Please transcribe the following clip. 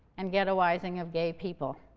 and ghettoizing of gay people.